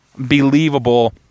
believable